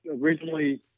originally